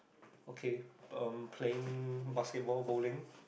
okay um playing basketball bowling